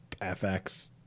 FX